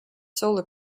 solar